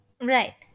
Right